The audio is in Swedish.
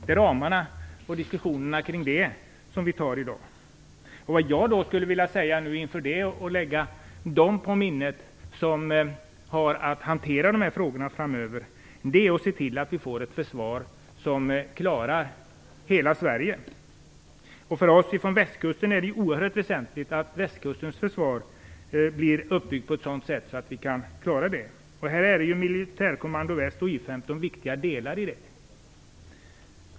Det är ramarna i de diskussionerna som vi i dag tar. Jag skulle vilja att de som framöver har att hantera dessa frågor lade på minnet att det gäller att se till att vi får ett försvar som klarar hela Sverige. För oss som bor på Västkusten är det oerhört väsentligt att Västkustens försvar byggs upp på ett sådant sätt att vi kan klara den här uppgiften. Militärkommando Väst och I 15 utgör viktiga delar i detta sammanhang.